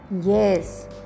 Yes